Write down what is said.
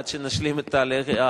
עד שנשלים את החקיקה.